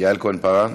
יעל כהן-פארן?